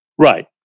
Right